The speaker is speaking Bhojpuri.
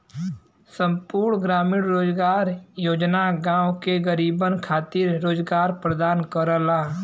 संपूर्ण ग्रामीण रोजगार योजना गांव के गरीबन खातिर रोजगार प्रदान करला